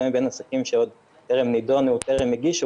וגם מבין עסקים שטרם נידונו או טרם הגישו,